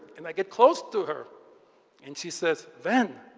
and i get close to her and she says, ven,